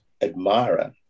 admirer